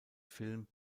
film